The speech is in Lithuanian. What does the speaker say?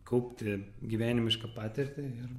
kaupti gyvenimišką patirtį ir